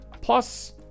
Plus